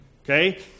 Okay